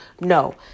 No